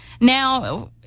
now